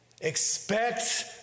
Expect